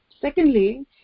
Secondly